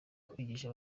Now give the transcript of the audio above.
kwigisha